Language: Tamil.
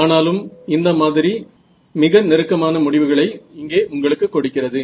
ஆனாலும் இந்த மாதிரி மிக நெருக்கமான முடிவுகளை இங்கே உங்களுக்கு கொடுக்கிறது